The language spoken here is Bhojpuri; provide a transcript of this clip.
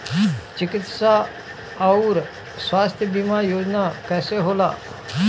चिकित्सा आऊर स्वास्थ्य बीमा योजना कैसे होला?